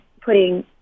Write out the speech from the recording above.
putting